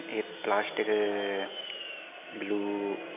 यत् plastic blue